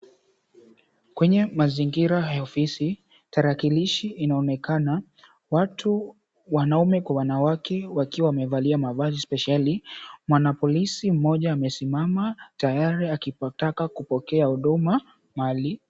Kwenye mazingira ya ofisi, tarakilishi inaonekana, watu wanaume kwa wanawake wakiwa wamevalia mavazi spesheli, mwanapolisi mmoja amesimama tayari akitaka kupokea huduma mahali.